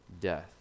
death